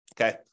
Okay